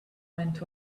went